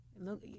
look